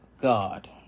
God